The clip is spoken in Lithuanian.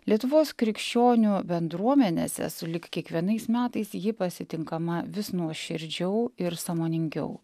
lietuvos krikščionių bendruomenėse sulig kiekvienais metais ji pasitinkama vis nuoširdžiau ir sąmoningiau